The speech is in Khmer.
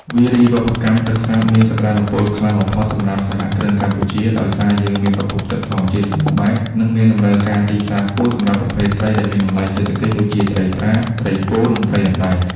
វារីវប្បកម្មទឹកសាបមានសក្ដានុពលខ្លាំងបំផុតសម្រាប់សហគ្រិនកម្ពុជា ដោយសារយើងមានប្រភពទឹកធម្មជាតិសម្បូរបែប និងមានតម្រូវការទីផ្សារខ្ពស់សម្រាប់ប្រភេទត្រីដែលមានតម្លៃសេដ្ឋកិច្ចដូចជាត្រីប្រា ត្រីពោធិ៍ និងត្រីអណ្ដែង។